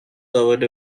covered